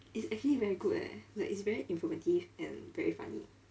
it's actually very good eh like it's very informative and very funny